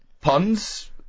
puns